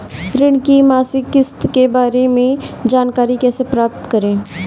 ऋण की मासिक किस्त के बारे में जानकारी कैसे प्राप्त करें?